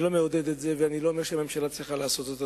אני לא מעודד את זה ולא אומר שהממשלה צריכה לעשות זאת,